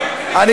אבל,